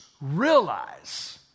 realize